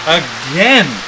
again